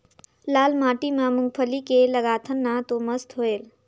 लाल माटी म मुंगफली के लगाथन न तो मस्त होयल?